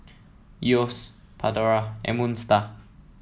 Yeo's Pandora and Moon Star